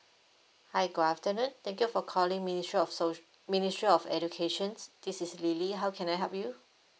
hi good afternoon thank you for calling ministry of soc~ ministry of education this is lily how can I help you